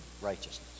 righteousness